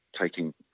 taking